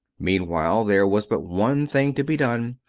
meanwhile, there was but one thing to be done,